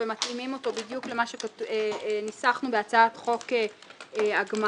ומתאימים אותו בדיוק למה שניסחנו בהצעת חוק הגמ"חים: